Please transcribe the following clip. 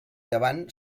davant